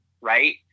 right